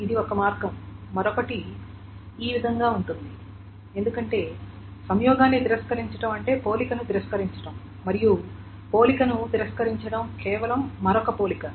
ఇది ఒక మార్గం మరొకటి ఈ విధంగా ఉంటుంది ఎందుకంటే సంయోగాన్ని తిరస్కరించడం అంటే పోలికను తిరస్కరించడం మరియు పోలికను తిరస్కరించడం కేవలం మరొక పోలిక